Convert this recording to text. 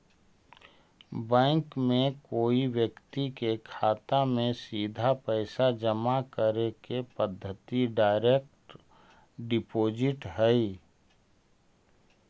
bank में कोई व्यक्ति के खाता में सीधा पैसा जमा करे के पद्धति डायरेक्ट डिपॉजिट हइ